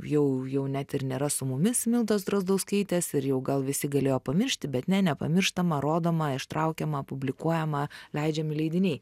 jau jau net ir nėra su mumis mildos drazdauskaitės ir jau gal visi galėjo pamiršti bet ne nepamirštama rodoma ištraukiama publikuojama leidžiami leidiniai